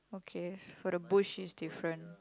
okay so the bush is different